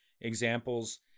Examples